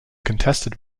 contested